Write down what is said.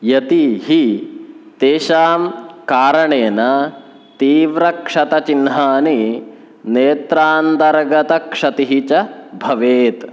यतो हि तेषां कारणेन तीव्रक्षतचिह्नानि नेत्रान्तर्गतक्षतिः च भवेत्